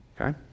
Okay